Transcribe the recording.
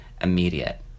immediate